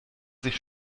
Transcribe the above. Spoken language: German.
sich